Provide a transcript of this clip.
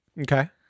Okay